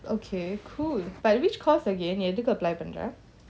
okay cool but which course again எதுக்கு:edhuku apply பண்ற:panra